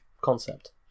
concept